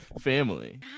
family